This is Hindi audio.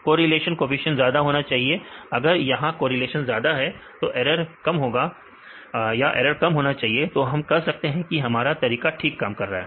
कोरिलेशन कोफिशिएंट ज्यादा होना चाहिए अगर यहां कोरिलेशन ज्यादा है तो एरर कम होना चाहिए तो हम कह सकते हैं कि हमारा तरीका ठीक काम कर रहा है